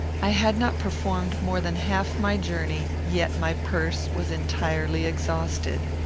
i had not performed more than half my journey, yet my purse was entirely exhausted.